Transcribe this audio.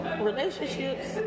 Relationships